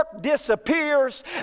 disappears